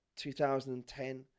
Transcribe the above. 2010